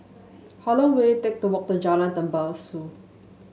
how long will it take to walk to Jalan Tembusu